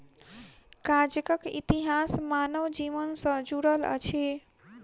कागजक इतिहास मानव जीवन सॅ जुड़ल अछि